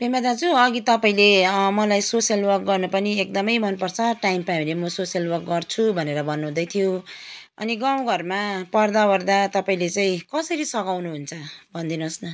पेम्बा दाजु अघि तपाईँले मलाई सोसियल वर्क गर्नु एकदमै मन पर्छ टाइम पायो भने मो सोसियल वर्क गर्छु भनेर भन्नुहुँदै थियो अनि गाउँ घरमा पर्दा ओर्दा तपाईँले चाहिँ कसरी सघाउनु हुन्छ भनिदिनुहोस् न